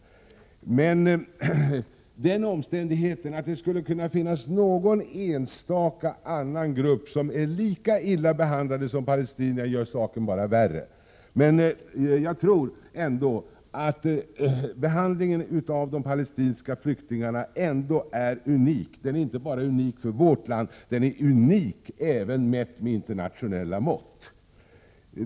Den omständigheten att det skulle kunna finnas någon annan enstaka grupp som är lika illa behandlad som palestinierna gör bara saken värre. Jag tror att behandlingen av de palestinska flyktingarna är unik, inte bara i vårt land utan även mätt med internationella mått.